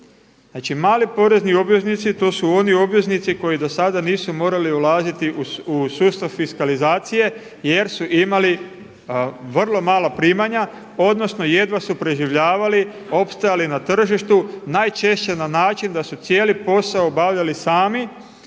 Znači mali porezni obveznici to su oni obveznici koji do sada nisu mogli ulaziti u sustav fiskalizacije jer su imali vrlo mala primanja odnosno jedva su preživljavali, opstajali na tržištu, najčešće na način da su cijeli posao obavljali sami